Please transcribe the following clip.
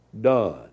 done